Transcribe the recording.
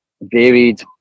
varied